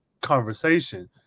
conversation